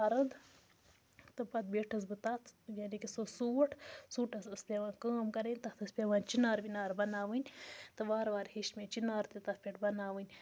فرٕد تہٕ پَتہٕ بیٖٹھٕس بہٕ تَتھ یعنی کہِ سُہ اوس سوٗٹ سوٗٹَس ٲس پٮ۪وان کٲم کَرٕنۍ تَتھ ٲس پٮ۪وان چِنار وِنار بَناوٕنۍ تہٕ وارٕ وارٕ ہیٚچھۍ مےٚ چِنار تہِ تَتھ پٮ۪ٹھ بَناوٕنۍ